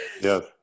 Yes